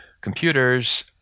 computers